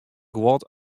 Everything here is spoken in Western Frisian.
guod